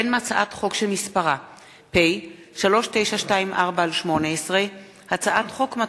החל בהצעת חוק פ/3924/18 וכלה בהצעת חוק פ/3966/18,